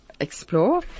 explore